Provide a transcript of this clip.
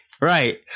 right